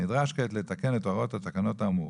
נדרש כעת לתקן את הוראות התקנות האמורות,